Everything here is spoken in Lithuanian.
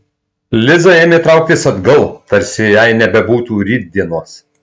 liza ėmė trauktis atgal tarsi jai nebebūtų rytdienos